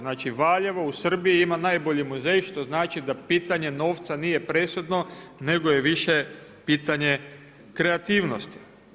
Znači Valjevo u Srbiji ima najbolji muzej što znači da pitanje novca nije presudno, nego je više pitanje kreativnosti.